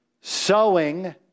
Sowing